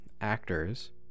actors